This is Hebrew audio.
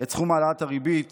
את סכום העלאת הריבית